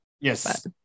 Yes